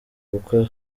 kuko